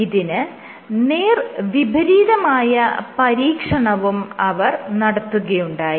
ഇതിന് നേർവിപരീതമായ പരീക്ഷണവും അവർ നടത്തുകയുണ്ടായി